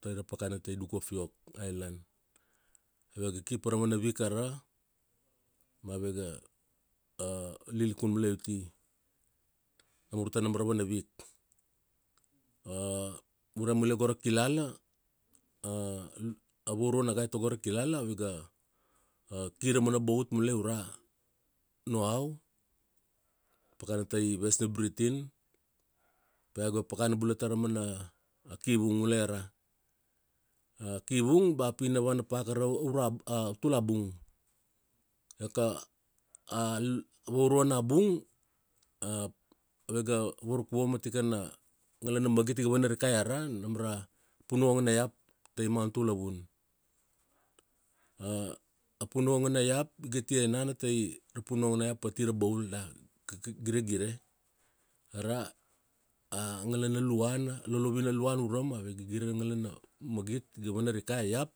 tara pakana tai Duke of York island. Avega ki pa ra vana week ara, ma avega, lilikun mulai uti, namur tanam ra vana week. Ure mula go ra kilala, a vaurana gai tago ra kilala, ave ga, ki ra mana bout mule ura Noau, pakana tai West New Britian. Pi ave ga pakana bula taraumana kivung, mule a ra. A kivung bea pi na vana paka ta ra aura, ututla bung. Ia ka, a vauruana bung, avega varkuvo ma tikana, ngala na magit iga vanarikai ara, nam ra punuongo na iap tai Mt Ulavun. A punuongo na iap iga ti enana tai ra punuongo ati Rabaul da gi-giregire. Ara a ngalana luana a lolovina luana urama ave ga gire ra ngalana magit iga vanarikai, a iap